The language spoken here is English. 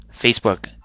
Facebook